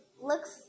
looks